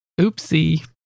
Oopsie